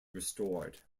restored